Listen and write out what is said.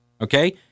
Okay